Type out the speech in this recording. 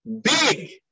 big